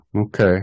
okay